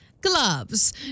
Gloves